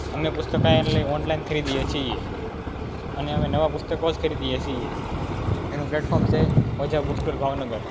અમે પુસ્તકાલય ઓનલાઇન જ ખરીદીએ છીએ અને અમે નવા પુસ્તકો જ ખરીદીએ છીએ એનું પ્લેટફોર્મ છે બુક સ્ટોર ભાવનગર